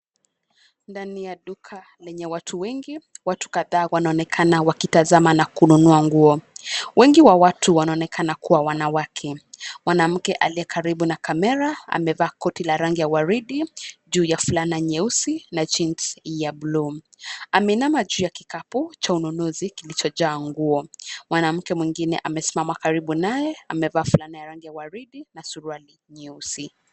Ndani ya duka, lenye watu wengi, watu kadhaa wanaonekana wakitazama na kununua nguo, wengi wa watu wanaonekana kuwa wanawake, mwanamke aliyekaribu na kamera amevaa koti la rangi ya waridi, juu ya fulana nyeusi na jeans ya bluu, ameinama juu ya kikapu cha ununuzi kilichojaa nguo, mwanamke mwingine amesimama karibu naye, amevaa fulana ya rangi waridi na suruali nyeusi.